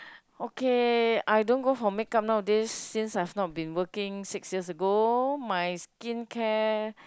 okay I don't go for make-up now a days since I've not been working six years ago my skincare